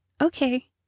okay